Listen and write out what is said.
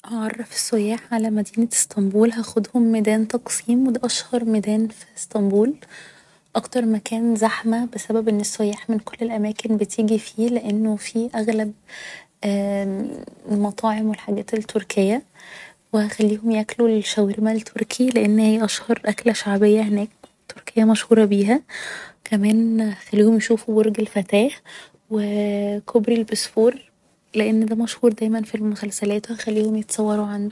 هعرف السياح على مدينة إسطنبول هاخدهم ميدان تقسيم و ده اشهر ميدان في إسطنبول اكتر مكان زحمة بسبب ان السياح من كل الأماكن بتيجي فيه لأنه فيه اغلب ممم المطاعم و الحاجات التركية و هخليهم يأكلوا الشاورما التركي لان هي اشهر أكلة شعبية هناك تركيا مشهورة بيها كمان هخليهم يشوفوا برج الفتاة و كوبري البسفور لان ده مشهور دايما في المسلسلات هخليهم يتصوروا عنده